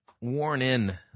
worn-in